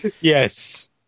Yes